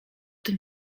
tym